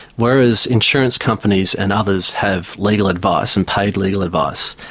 whereas insurance companies and others have legal advice and paid legal advice,